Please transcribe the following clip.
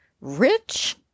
rich